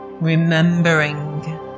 Remembering